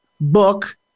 book